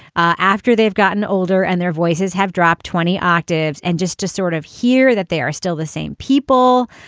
after they've gotten older and their voices have dropped twenty octaves. and just to sort of hear that they are still the same people,